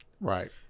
Right